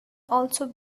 also